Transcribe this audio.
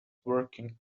working